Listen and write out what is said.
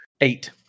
Eight